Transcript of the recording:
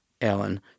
Ellen